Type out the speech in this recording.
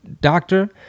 doctor